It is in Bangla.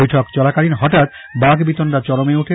বৈঠক চলাকালীন হঠাৎ ই বাক বিতন্ডা চরমে ওঠে